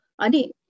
ani